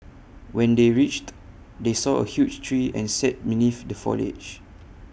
when they reached they saw A huge tree and sat beneath the foliage